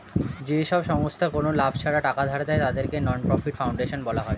যেসব সংস্থা কোনো লাভ ছাড়া টাকা ধার দেয়, তাদেরকে নন প্রফিট ফাউন্ডেশন বলা হয়